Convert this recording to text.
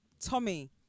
Tommy